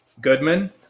Goodman